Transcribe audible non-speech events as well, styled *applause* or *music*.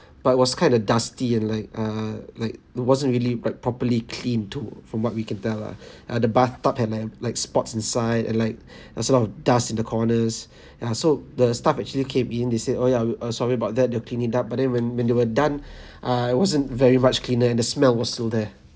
but was kinda dusty and like err like it wasn't really like properly clean too from what we can tell lah *breath* uh the bathtub had like like spots inside and like *breath* a sort of dust in the corners *breath* ya so the staff actually came in they said oh ya we uh sorry about that they'll clean it up but then when when they were done *breath* ah it wasn't very much cleaner and the smell was still there